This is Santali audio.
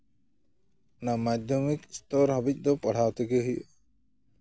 ᱚᱱᱟ ᱢᱟᱫᱽᱫᱷᱚᱢᱤᱠ ᱥᱛᱚᱨ ᱦᱟᱹᱵᱤᱡ ᱫᱚ ᱯᱟᱲᱦᱟᱣ ᱛᱮᱜᱮ ᱦᱩᱭᱩᱜ